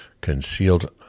concealed